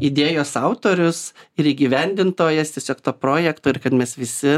idėjos autorius ir įgyvendintojas tiesiog to projekto ir kad mes visi